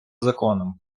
законом